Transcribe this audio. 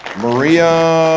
maria,